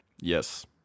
Yes